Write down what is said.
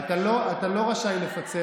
אתה לא רשאי לפצל,